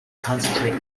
concentrate